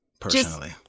personally